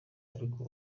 ariko